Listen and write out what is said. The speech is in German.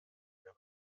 wir